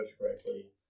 correctly